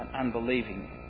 unbelieving